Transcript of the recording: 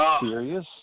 serious